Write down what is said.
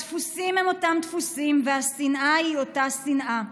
הדפוסים הם אותם דפוסים והשנאה היא אותה שנאה.